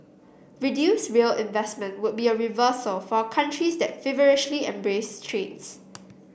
reduce rail investment would be a reversal for a country that's feverishly embrace trains